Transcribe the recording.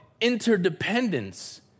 interdependence